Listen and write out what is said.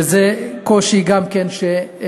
וזה קושי שגם כן מוסיף.